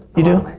you do,